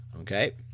Okay